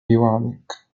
بوعدك